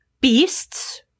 Beasts